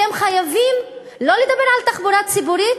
אתם חייבים לא לדבר על תחבורה ציבורית,